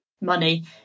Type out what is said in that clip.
money